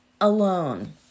alone